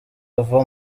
ava